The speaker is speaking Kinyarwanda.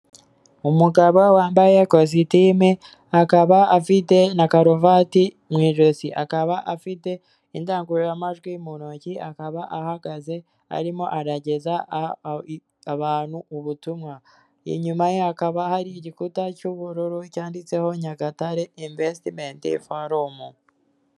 Umugabo wambaye kositime akaba afite na karuvati mu ijosi akaba afite indangururamajwi mu ntoki akaba ahagaze arimo arageza abantu ubutumwa inyuma ye hakaba hari igikuta cy'ubururu cyanditseho nyagatare invesitimenti forumu..